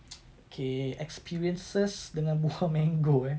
okay experiences dengan buah mango eh